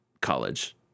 college